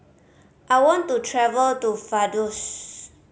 I want to travel to Vaduz